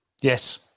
Yes